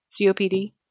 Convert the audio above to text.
COPD